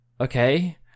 okay